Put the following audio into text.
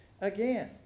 again